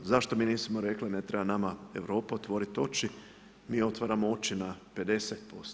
Zašto mi nismo rekli ne treba nama Europa otvoriti oči, mi otvaramo oči na 50%